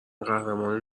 قهرمان